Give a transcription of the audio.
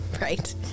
Right